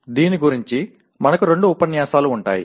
దీని గురించి మనకు రెండు ఉపన్యాసాలు ఉంటాయి